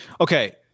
Okay